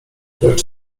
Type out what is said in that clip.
lecz